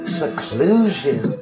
seclusion